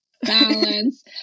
balance